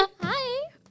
Hi